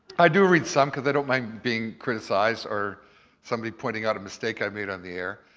i do read some cause i don't mind being criticized or somebody pointing out a mistake i made on the air,